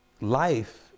life